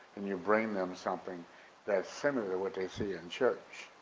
and you bring them something that's similar what they see in church,